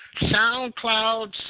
SoundCloud